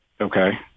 Okay